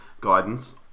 guidance